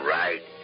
right